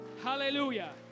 Hallelujah